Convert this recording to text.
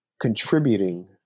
contributing